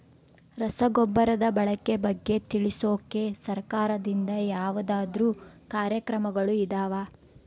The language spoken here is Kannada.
ರಸಗೊಬ್ಬರದ ಬಳಕೆ ಬಗ್ಗೆ ತಿಳಿಸೊಕೆ ಸರಕಾರದಿಂದ ಯಾವದಾದ್ರು ಕಾರ್ಯಕ್ರಮಗಳು ಇದಾವ?